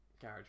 garage